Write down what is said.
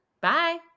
bye